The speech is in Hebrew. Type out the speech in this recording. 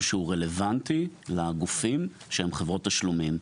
שהוא רלוונטי לגופים שהם חברות תשלומים.